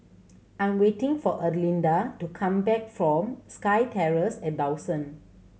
I'm waiting for Erlinda to come back from SkyTerrace at Dawson